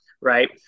right